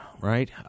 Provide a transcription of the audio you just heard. right